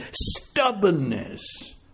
stubbornness